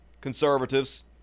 conservatives